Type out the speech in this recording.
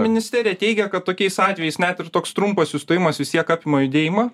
ministerija teigia kad tokiais atvejais net ir toks trumpas sustojimas vis tiek apima judėjimą